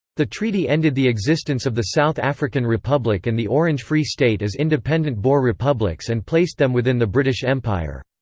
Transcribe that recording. the treaty ended the existence of the south african republic and the orange free state as independent boer republics and placed them within the british empire.